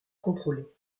contrôler